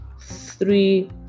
three